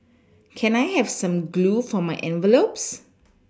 can I have some glue for my envelopes